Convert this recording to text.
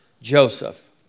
Joseph